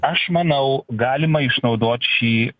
aš manau galima išnaudot šį